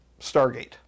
Stargate